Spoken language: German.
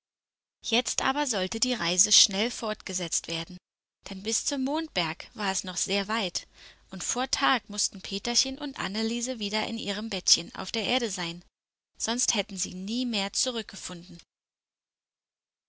jetzt aber sollte die reise schnell fortgesetzt werden denn bis zum mondberg war es noch sehr weit und vor tag mußten peterchen und anneliese wieder in ihrem bettchen auf der erde sein sonst hätten sie nie mehr zurückgefunden